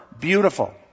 beautiful